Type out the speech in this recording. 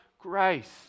grace